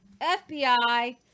FBI